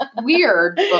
Weird